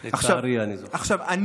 לצערי, אני